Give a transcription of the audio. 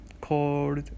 called